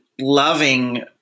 loving